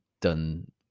done